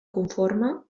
conforme